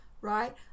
right